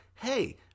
hey